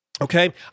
okay